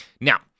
Now